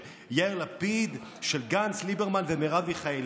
של יאיר לפיד, של גנץ, ליברמן ומרב מיכאלי,